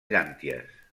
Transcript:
llànties